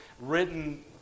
written